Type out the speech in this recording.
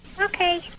Okay